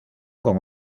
con